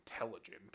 intelligent